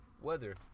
Weather